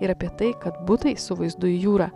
ir apie tai kad butai su vaizdu į jūrą